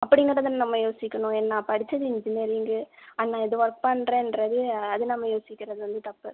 அப்படி மட்டும் தானே நம்ம யோசிக்கணும் எ நான் படித்தது இன்ஜினியரிங்கு ஆனால் ஏதோ ஒர்க் பண்ணுறேன்றது அதை நம்ம யோசிக்கிறது வந்து தப்பு